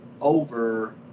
over